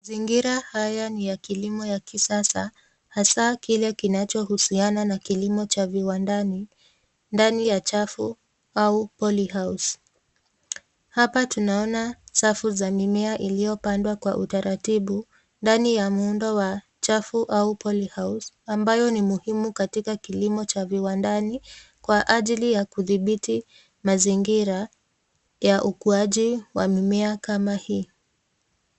Mzingira haya ni ya kilimo ya kisasa hasa kile kinacho husiana na kilimo cha viwandani, ndani ya chafu au polyhouse . Hapa tunaona safu za mimea iliyopandwa kwa utaratibu, ndani ya muundo wa chafu au polyhouse , ambayo ni muhimu katika kilimo cha viwandani, kwa ajili ya kudhibiti mazingira ya ukuaji wa mimea kama hii.